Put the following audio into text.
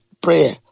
prayer